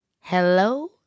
Hello